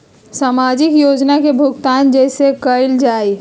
सामाजिक योजना से भुगतान कैसे कयल जाई?